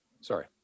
Sorry